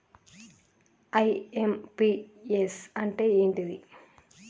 IMPS అంటే ఏంటిది?